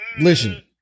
Listen